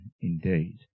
indeed